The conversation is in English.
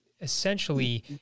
essentially